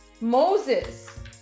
Moses